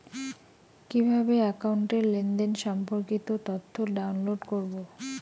কিভাবে একাউন্টের লেনদেন সম্পর্কিত তথ্য ডাউনলোড করবো?